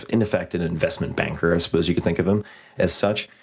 in effect, an investment banker i suppose you could think of him as such.